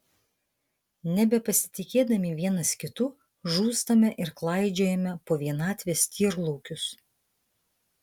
nebepasitikėdami vienas kitu žūstame ir klaidžiojame po vienatvės tyrlaukius